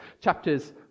Chapters